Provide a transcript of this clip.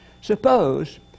Suppose